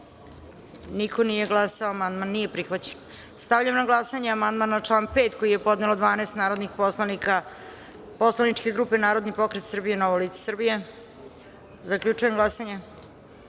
da ovaj amandman nije prihvaćen. Stavljam na glasanje amandman na član 14. koji je podnelo 12 narodnih poslanika poslaničke grupe Narodni pokret Srbije i Novo lice Srbije. Zaključujem glasanje: